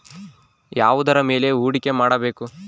ಯಾವುದರ ಮೇಲೆ ಹೂಡಿಕೆ ಮಾಡಬೇಕು?